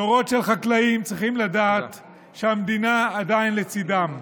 דורות של חקלאים צריכים לדעת שהמדינה עדיין לצידם,